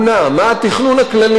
מה התכנון הכללי?